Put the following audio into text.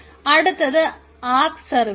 അടുത്തത് app service